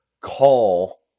call